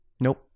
Nope